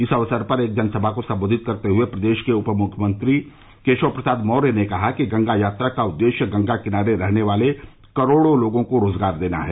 इस अवसर एक जनसभा को संबोधित करते हुए प्रदेश के उप मुख्यमंत्री केशव प्रसाद मौर्य ने कहा कि गंगा यात्रा का उद्देश्य गंगा किनारे रहने वाले करोड़ों लोगों को रोजगार देना है